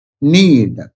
NEED